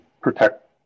protect